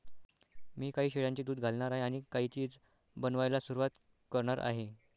मी काही शेळ्यांचे दूध घालणार आहे आणि काही चीज बनवायला सुरुवात करणार आहे